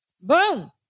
Boom